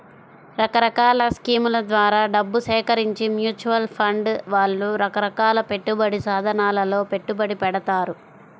రకరకాల స్కీముల ద్వారా డబ్బు సేకరించి మ్యూచువల్ ఫండ్ వాళ్ళు రకరకాల పెట్టుబడి సాధనాలలో పెట్టుబడి పెడతారు